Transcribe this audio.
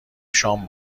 شام